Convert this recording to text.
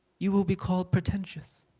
you will be called pretentious.